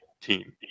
team